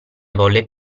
volle